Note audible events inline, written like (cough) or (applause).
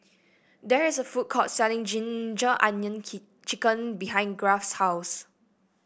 there is a food court selling ginger onion (unintelligible) chicken behind Garth's house